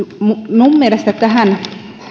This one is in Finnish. minun mielestäni